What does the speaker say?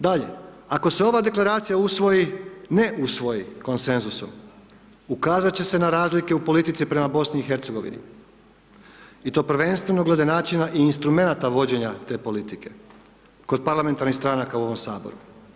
Dalje, ako se ova Deklaracija usvoji, ne usvoji konsenzusom ukazat će se na razlike u politici prema Bosni i Hercegovini i to prvenstveno glede načina i instrumenata vođenja te politike kod parlamentarnih stranaka u ovom Saboru.